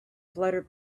fluttered